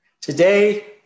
Today